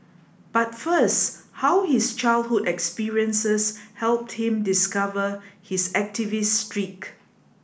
but first how his childhood experiences helped him discover his activist streak